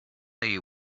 you